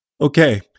Okay